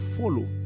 follow